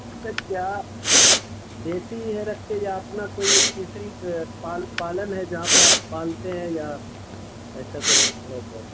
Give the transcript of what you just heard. اچھا کیا دیسی ہے رکھتے یا اپنا کوئی تیسری پال پالن ہے جہاں پہ آپ پالتے ہیں یا ایسا کچھ ہے تو